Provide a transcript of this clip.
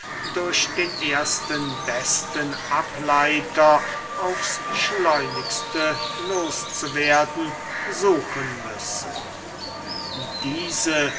durch den ersten besten ableiter aufs schleunigste los zu werden suchen müsse diese